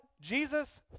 Jesus